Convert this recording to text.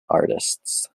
artists